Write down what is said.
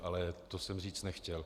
Ale to jsem říct nechtěl.